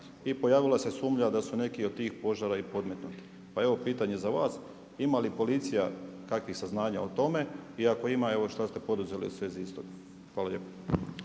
i pojavila se sumnja da su neki od tih požara i podmetnuti. Pa evo pitanje za vas, ima li policija kakvih saznanja o tome i ako ima evo šta ste poduzeli u svezi istog? Hvala lijepa.